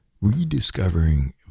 rediscovering